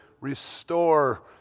restore